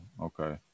Okay